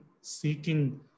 seeking